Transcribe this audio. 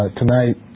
tonight